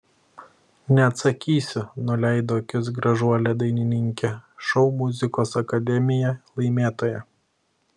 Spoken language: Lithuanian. neatsakysiu nuleido akis gražuolė dainininkė šou muzikos akademija laimėtoja